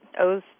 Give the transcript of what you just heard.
owes